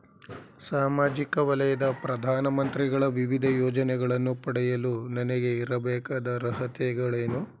ಸಾಮಾಜಿಕ ವಲಯದ ಪ್ರಧಾನ ಮಂತ್ರಿಗಳ ವಿವಿಧ ಯೋಜನೆಗಳನ್ನು ಪಡೆಯಲು ನನಗೆ ಇರಬೇಕಾದ ಅರ್ಹತೆಗಳೇನು?